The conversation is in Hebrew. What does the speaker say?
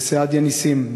וסעדיה נסים,